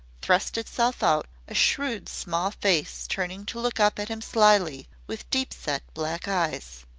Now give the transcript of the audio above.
thrust itself out, a shrewd, small face turning to look up at him slyly with deep-set black eyes.